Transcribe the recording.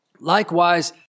Likewise